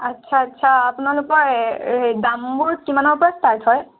আচ্ছা আচ্ছা আপোনালোকৰ দামবোৰ কিমানৰপৰা ষ্টাৰ্ট হয়